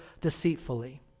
deceitfully